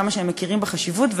כמה שהם מכירים בחשיבות,